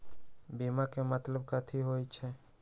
बीमा के मतलब कथी होई छई?